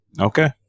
Okay